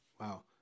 Wow